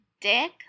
dick